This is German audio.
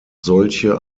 solche